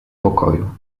pokoju